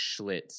Schlitz